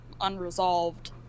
unresolved